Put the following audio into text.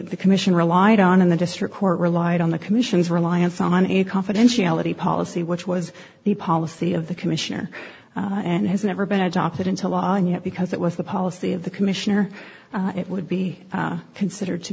the commission relied on in the district court relied on the commission's reliance on a confidentiality policy which was the policy of the commission and has never been adopted into law and yet because it was the policy of the commissioner it would be considered to